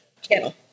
channel